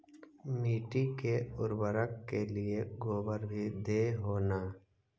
मिट्टी के उर्बरक के लिये गोबर भी दे हो न?